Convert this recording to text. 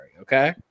Okay